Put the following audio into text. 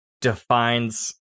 defines